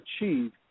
achieve